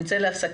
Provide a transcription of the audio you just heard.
אם אפשר לקרוא